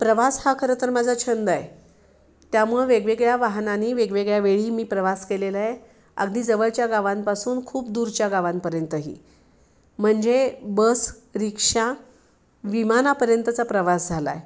प्रवास हा खरंतर माझा छंद आहे त्यामुळं वेगवेगळ्या वाहनांनी वेगवेगळ्या वेळी मी प्रवास केलेला आहे अगदी जवळच्या गावांपासून खूप दूरच्या गावांपर्यंतही म्हणजे बस रिक्षा विमानापर्यंतचा प्रवास झाला आहे